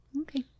Okay